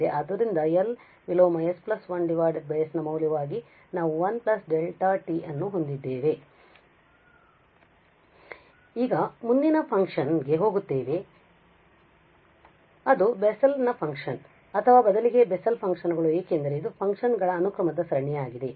ಆದ್ದರಿಂದ ಈ L ವಿಲೋಮ s1 s ನ ಮೌಲ್ಯವಾಗಿ ನಾವು 1 δ ಅನ್ನು ಹೊಂದಿದ್ದೇವೆ ಈಗ ನಾವು ಮುಂದಿನ ಫಂಕ್ಷನ್ ಗೆ ಹೋಗುತ್ತೇವೆ ಅದು ಬೆಸೆಲ್ ನ ಫಂಕ್ಷನ್ Bessel's function ಅಥವಾ ಬದಲಿಗೆ ಬೆಸೆಲ್ ಫಂಕ್ಷನ್ ಗಳು ಏಕೆಂದರೆ ಇದು ಫಂಕ್ಷನ್ ಗಳ ಅನುಕ್ರಮದ ಸರಣಿಯಾಗಿದೆ